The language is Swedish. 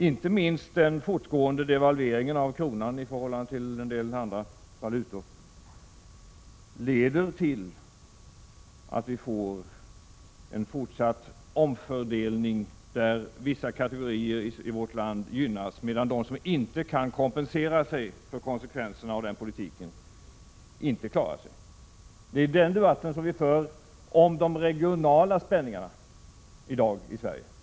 Inte minst den fortgående devalveringen av kronan i förhållande till en del andra valutor leder till att vi får en fortsatt omfördelning — dvs. att vissa kategorier i vårt land gynnas, medan andra inte klarar sig som inte kan kompensera sig när det gäller konsekvenserna av den förda politiken. Det är ju vad vår debatt om de regionala spänningarna i dag i Sverige handlar om.